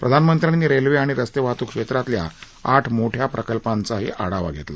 प्रधानमंत्र्यांनी रेल्वे आणि रस्ते वाहतूक क्षेत्रातल्या आठ मोठ्या प्रकल्पांचाही आढावा घेतला